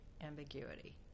ambiguity